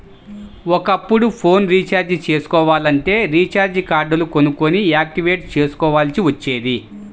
ఒకప్పుడు phone recharge చేసుకోవాలంటే recharge కార్డులు కొనుక్కొని యాక్టివేట్ చేసుకోవాల్సి వచ్చేది